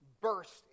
burst